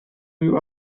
you